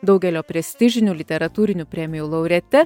daugelio prestižinių literatūrinių premijų laureate